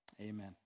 Amen